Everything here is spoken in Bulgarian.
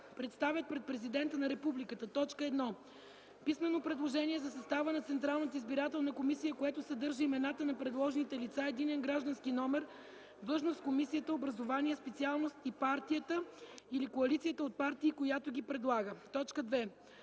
представят пред президента на републиката: 1. писмено предложение за състава на Централната избирателна комисия, което съдържа имената на предложените лица, единен граждански номер, длъжност в комисията, образование, специалност и партията или коалицията от партии, която ги предлага. 2.